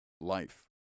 life